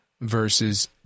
versus